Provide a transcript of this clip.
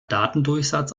datendurchsatz